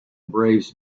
braves